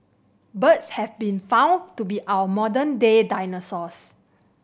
birds have been found to be our modern day dinosaurs